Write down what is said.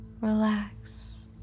relax